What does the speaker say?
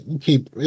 keep